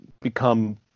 become –